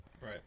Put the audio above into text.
right